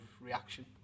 reaction